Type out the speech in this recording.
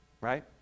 Right